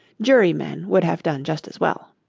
jury-men would have done just as well.